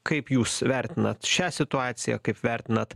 kaip jūs vertinat šią situaciją kaip vertinat